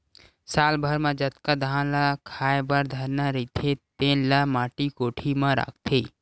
साल भर म जतका धान ल खाए बर धरना रहिथे तेन ल माटी कोठी म राखथे